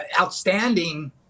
outstanding